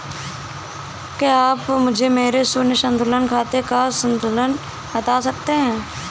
क्या आप मुझे मेरे शून्य संतुलन खाते का संतुलन बता सकते हैं?